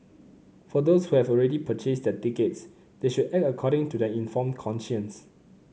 for those who have already purchased their tickets they should act according to their informed conscience